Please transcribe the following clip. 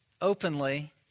openly